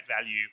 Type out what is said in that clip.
value